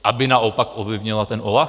Aby naopak ovlivnila ten OLAF?